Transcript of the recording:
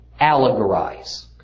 allegorize